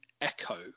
Echo